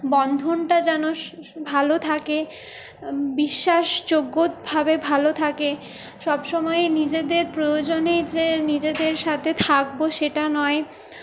বন্ধনটা যেন ভালো থাকে বিশ্বাসযোগ্যভাবে ভালো থাকে সবসময়ই নিজেদের প্রয়োজনেই যে নিজেদের সাথে থাকবো সেটা নয়